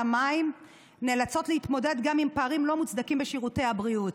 המים נאלצות להתמודד גם עם פערים לא מוצדקים בשירותי הבריאות.